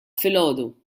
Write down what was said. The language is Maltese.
filgħodu